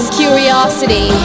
curiosity